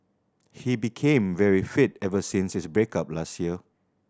he became very fit ever since his break up last year